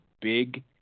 big